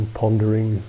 pondering